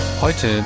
Heute